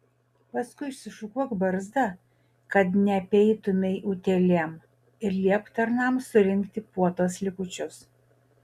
paskui išsišukuok barzdą kad neapeitumei utėlėm ir liepk tarnams surinkti puotos likučius